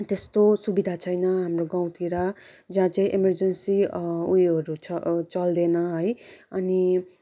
त्यस्तो सुविदा छैन हाम्रो गाउँतिर जहाँ चाहिँ एमर्जेन्सी ऊ योहरू छ चल्दैन है अनि